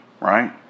right